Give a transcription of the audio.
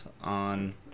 on